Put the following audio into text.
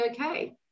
okay